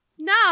No